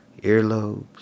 earlobes